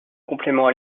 complément